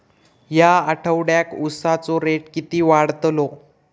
या आठवड्याक उसाचो रेट किती वाढतलो?